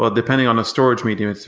ah depending on a storage medium,